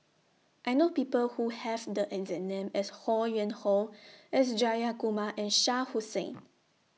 I know People Who Have The exact name as Ho Yuen Hoe S Jayakumar and Shah Hussain